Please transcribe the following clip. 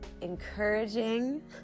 encouraging